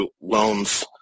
loans